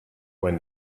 when